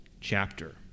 chapter